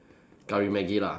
curry Maggi lah